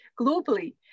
globally